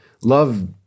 love